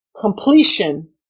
completion